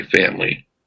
family